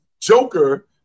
Joker